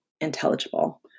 intelligible